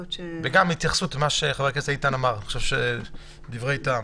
וגם צריך התייחסות למה שאיתן אמר, אלה דברי טעם.